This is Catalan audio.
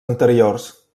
anteriors